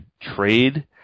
trade